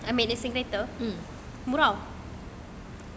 ambil lesen kereta murah [tau]